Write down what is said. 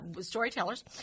storytellers